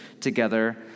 together